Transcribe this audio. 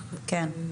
כן.